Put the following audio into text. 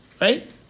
Right